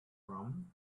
from